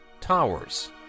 towers